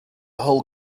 whole